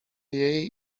jej